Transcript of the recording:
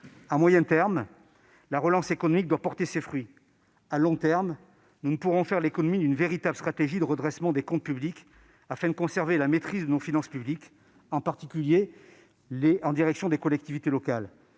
À moyen terme, la relance économique doit porter ses fruits. À long terme, nous ne pourrons faire l'économie d'une véritable stratégie de redressement des comptes publics, afin de conserver la maîtrise de nos finances publiques, en direction des collectivités locales.